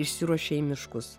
išsiruošė į miškus